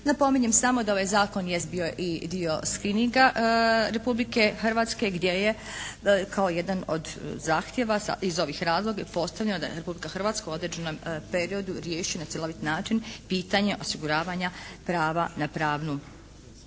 Napominjem samo da ovaj zakon jest bio i dio screeninga Republike Hrvatske gdje je kao jedan od zahtjeva iz ovih razloga pretpostavljeno da je Republika Hrvatska u određenom periodu riješila na cjelovit način pitanja osiguravanja prava na pravnu